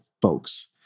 Folks